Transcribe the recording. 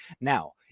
Now